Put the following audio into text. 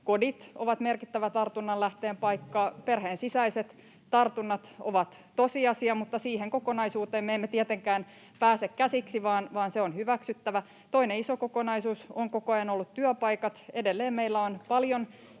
Kodit ovat merkittävä tartunnan lähteen paikka. Perheen sisäiset tartunnat ovat tosiasia, mutta siihen kokonaisuuteen me emme tietenkään pääse käsiksi, vaan se on hyväksyttävä. Toinen iso kokonaisuus on koko ajan ollut työpaikat. Edelleen meillä on paljon